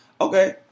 okay